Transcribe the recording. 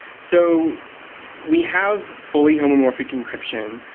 so we have fully homomorphic encryption,